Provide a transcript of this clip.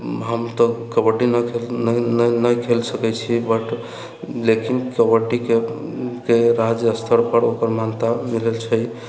हम तऽ कबड्डी नहि खेल नहि खेल सकै छी बट लेकिन कबड्डीके राज्य स्तरपर ओकर मान्यता मिलल छै